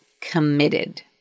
committed